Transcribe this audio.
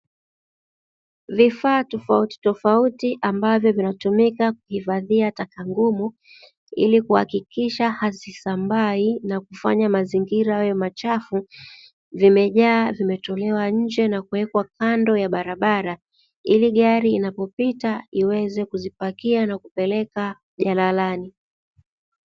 Vifaa tofautitofauti ambavyo vinatumika kuhifadhia taka ngumu ili kuhakikisha hazisambai, na kufanya mazingira yawe machafu vimejaa vimetolewa nje na kuwekwa kando ya barabara ili gari inapopita iweze kuzipakia na kupeleka jalalani.